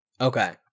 Okay